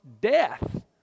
death